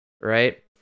right